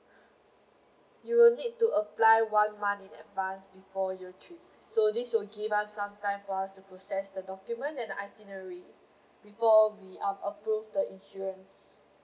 you will need to apply one month in advance before your trip so this will give us some time for us to process the document and itinerary before we um approved the insurance